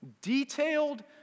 detailed